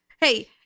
Hey